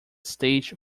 stage